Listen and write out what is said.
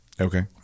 Okay